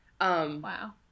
Wow